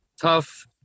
tough